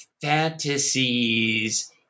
fantasies